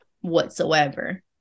whatsoever